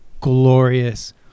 glorious